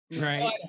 right